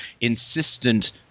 insistent